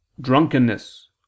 drunkenness